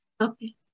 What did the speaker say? Okay